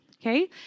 okay